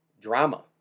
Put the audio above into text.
drama